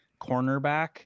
cornerback